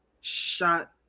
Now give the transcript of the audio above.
shot